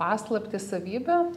paslaptį savybę